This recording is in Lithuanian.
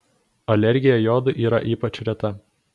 alergija jodui yra ypač reta